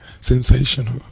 Sensational